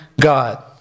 God